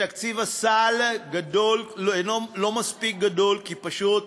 ותקציב הסל לא מספיק גדול, כי פשוט